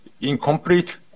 incomplete